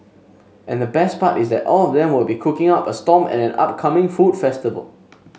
and the best part is that all of them will be cooking up a storm at an upcoming food festival